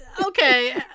Okay